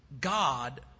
God